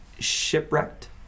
shipwrecked